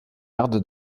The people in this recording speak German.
erde